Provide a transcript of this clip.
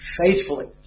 Faithfully